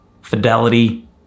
fidelity